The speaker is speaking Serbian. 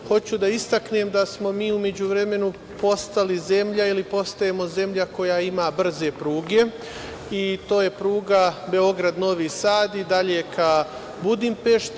Hoću da istaknem da smo mi u međuvremenu postali ili postajemo zemlja koja ima brze pruge i to je pruga Beograd-Novi Sad i dalje ka Budimpešti.